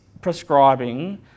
prescribing